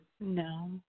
No